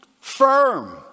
firm